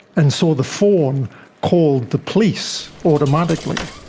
and so the phone called the police automatically.